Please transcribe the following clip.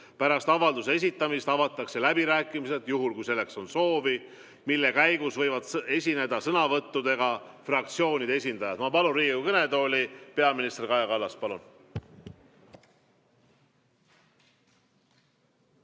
Pärast avalduse esitamist avatakse läbirääkimised, juhul kui selleks on soovi, sõnavõtuga võivad esineda fraktsioonide esindajad. Ma palun Riigikogu kõnetooli peaminister Kaja Kallase.